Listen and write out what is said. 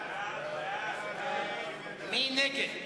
מי נגד?